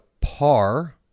par